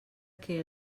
que